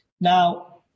Now